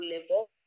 level